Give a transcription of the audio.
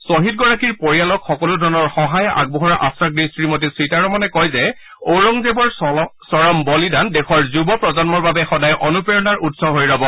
খ্বহীদগৰাকীৰ পৰিয়ালক সকলো ধৰণৰ সহায় আগবঢ়োৱাৰ আশ্বাস দি শ্ৰীমতী সীতাৰমনে কয় যে ঔৰংগজেৱৰ চৰম বলিদান দেশৰ যুৱ প্ৰজন্মৰ বাবে সদায় অনুপ্ৰেৰণাৰ উৎস হৈ ৰব